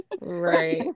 Right